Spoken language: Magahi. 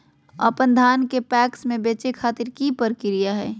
अपन धान के पैक्स मैं बेचे खातिर की प्रक्रिया हय?